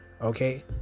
Okay